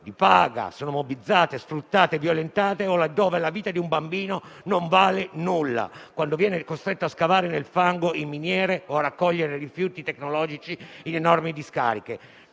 (di paga, sono mobbizzate, sfruttate e violentate), o dove la vita di un bambino non vale nulla quando viene costretto a scavare nel fango in miniere o a raccogliere rifiuti tecnologici in enormi discariche.